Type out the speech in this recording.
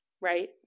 right